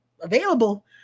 available